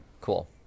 cool